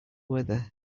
weather